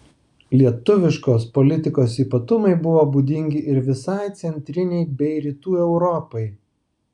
lietuviškos politikos ypatumai buvo būdingi ir visai centrinei bei rytų europai